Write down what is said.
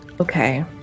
Okay